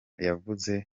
yavuze